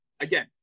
again